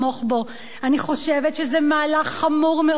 אני חושבת שזה מהלך חמור מאוד של הממשלה,